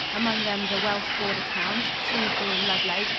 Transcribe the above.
among them the welsh border towns, shrewsbury and ludlow,